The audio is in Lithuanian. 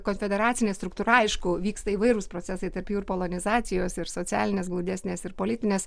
konfederacinė struktūra aišku vyksta įvairūs procesai tarp jų ir polonizacijos ir socialinės glaudesnės ir politinės